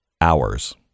hours